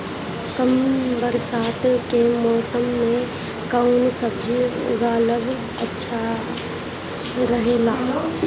कम बरसात के मौसम में कउन सब्जी उगावल अच्छा रहेला?